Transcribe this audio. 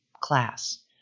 class